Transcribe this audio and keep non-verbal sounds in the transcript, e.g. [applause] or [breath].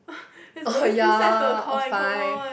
[breath] there's always two sides to a coin come on